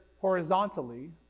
horizontally